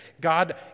God